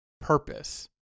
purpose